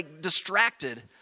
distracted